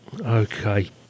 okay